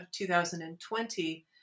2020